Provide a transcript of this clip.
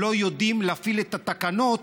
לא יודעים להפעיל את התקנות,